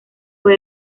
fue